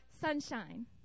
sunshine